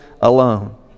alone